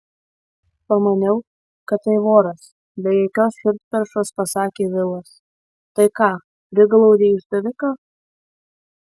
pamaniau kad tai voras be jokios širdperšos pasakė vilas tai ką priglaudei išdaviką